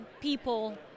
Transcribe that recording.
people